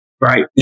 Right